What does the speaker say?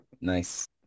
Nice